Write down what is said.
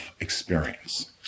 experience